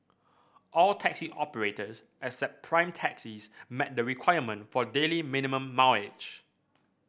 all taxi operators except Prime Taxis met the requirement for daily minimum mileage